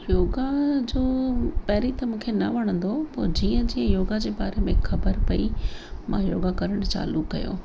योगा जो पहिरीं त मूंखे न वणंदो हो पोइ जीअं जीअं योगा जे बारे में ख़बर पयी मां योगा करण चालू कयो